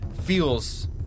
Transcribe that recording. feels